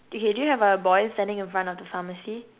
okay do you have a boy standing in front of the pharmacy